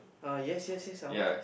ah yes yes yes uh why